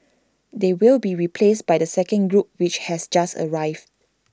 they will be replaced by the second group which has just arrived